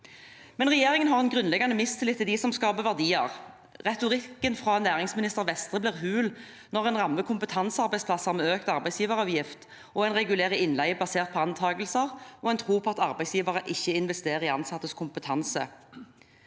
det. Regjeringen har en grunnleggende mistillit til dem som skaper verdier. Retorikken fra næringsminister Vestre blir hul når en rammer kompetansearbeidsplasser med økt arbeidsgiveravgift, og når en regulerer innleie basert på antagelser og en tro på at arbeidsgivere ikke investerer i ansattes kompetanse.